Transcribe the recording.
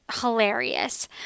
hilarious